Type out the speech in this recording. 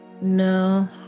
no